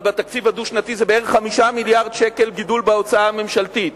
אבל בתקציב הדו-שנתי זה בערך 5 מיליארדי שקלים גידול בהוצאה הממשלתית.